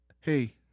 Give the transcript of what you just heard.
hey